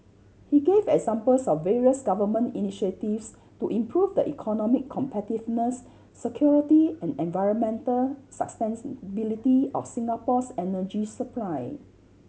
he gave examples of various Government initiatives to improve the economic competitiveness security and environmental sustainability of Singapore's energy supply